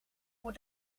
voor